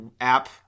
app